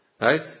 right